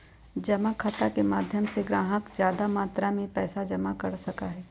जमा खाता के माध्यम से ग्राहक ज्यादा मात्रा में पैसा जमा कर सका हई